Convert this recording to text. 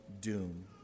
doom